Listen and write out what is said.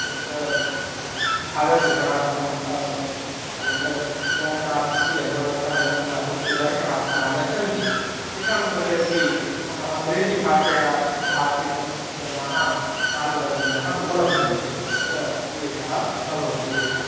तत्र भागग्रहणार्थं जगत् जगन्नाथस्य भगवतः जगन्नाथस्य दर्शनार्थमागच्छन्ति तेषां कृतेपि अङ्ग्रेजिभाषया भाषितुं जनाः मार्गदर्शिनः उपलभ्यन्ते तत्र क्लेशः न भवति तेषाम्